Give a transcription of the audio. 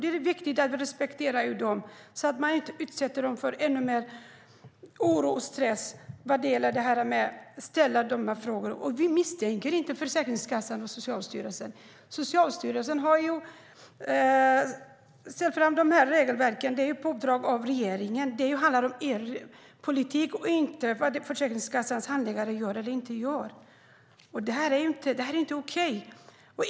Det är viktigt att respektera dem och inte utsätta dem för ännu mer oro och stress genom att ställa de här frågorna. Vi misstänker inte Försäkringskassan och Socialstyrelsen. Socialstyrelsen har ju tagit fram de här regelverken på uppdrag av regeringen. Det handlar om er politik och inte om vad Försäkringskassans handläggare gör eller inte gör. Det här är inte okej.